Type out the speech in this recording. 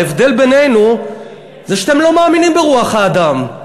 ההבדל בינינו הוא שאתם לא מאמינים ברוח האדם.